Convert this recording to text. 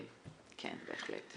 כן, בהחלט.